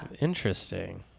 Interesting